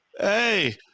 Hey